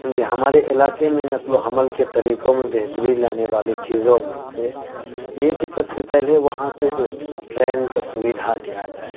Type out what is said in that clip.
ہمارے علاقے میں نقل و حمل کے طریقوں میں بہتری لانے والی چیزوں میں سے یہ کہ سب سے پہلے وہاں سے جو ٹرین کا سویدھا دیا جائے